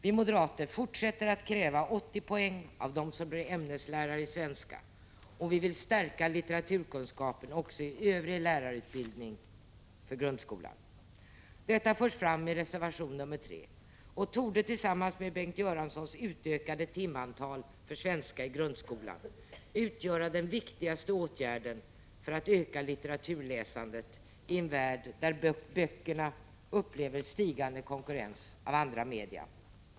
Vi moderater fortsätter att kräva 80 poäng av dem som blir ämneslärare i svenska, och vi vill stärka litteraturkunskapen också i övrig lärarutbildning för grundskolan. Detta förs fram i reservation nr 3 och torde — tillsammans med Bengt Göranssons utökade timantal för svenska i grundskolan — utgöra den viktigaste åtgärden för att öka litteraturläsandet i en värld där böckerna upplever stigande konkurrens av andra media.